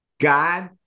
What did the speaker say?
God